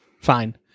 fine